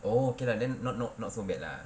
oh okay lah then not not not so bad lah